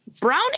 Brown